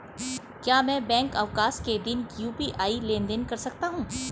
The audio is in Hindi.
क्या मैं बैंक अवकाश के दिन यू.पी.आई लेनदेन कर सकता हूँ?